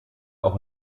auch